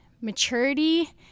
maturity